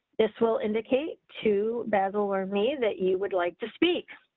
this will indicate to basil or me that you would like to speak.